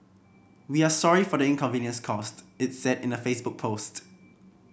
we are sorry for the inconvenience caused it said in a Facebook post